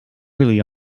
really